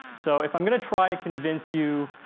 so, if i'm going to try to convince you